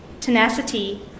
tenacity